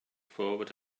forward